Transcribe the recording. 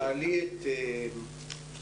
אני רוצה להעיד לטובת הגננות